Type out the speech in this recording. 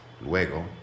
luego